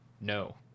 no